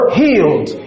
healed